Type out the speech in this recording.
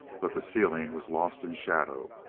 but the ceiling was lost in shadow.